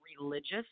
religious